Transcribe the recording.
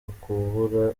ukubura